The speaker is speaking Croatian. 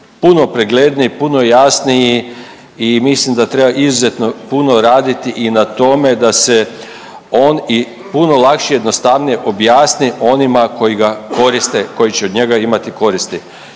puno pregledniji, puno jasniji i mislim da treba izuzetno puno raditi i na tome da se on i puno lakše i jednostavnije objasni onima koji ga koriste, koji će od njega imati koristi.